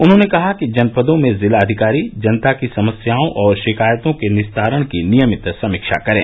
उन्होंने कहा कि जनपदों में जिलाधिकारी जनता की समस्याओं और शिकायतों के निस्तारण की नियमित समीक्षा करें